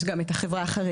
יש גם את החברה החרדית.